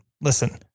listen